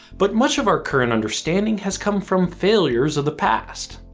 but, much of our current understanding has come from failures of the past.